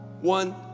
One